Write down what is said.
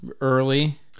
early